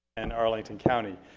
and arlington county.